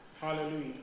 Hallelujah